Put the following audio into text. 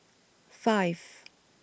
five